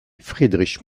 friedrich